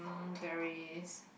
um there is